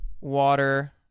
water